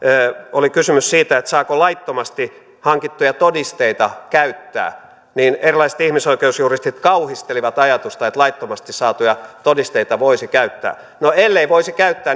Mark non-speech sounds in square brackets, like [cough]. oli kysymys siitä saako laittomasti hankittuja todisteita käyttää niin erilaiset ihmisoikeusjuristit kauhistelivat ajatusta että laittomasti saatuja todisteita voisi käyttää no ellei voisi käyttää [unintelligible]